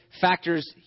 factors